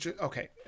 Okay